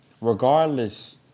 regardless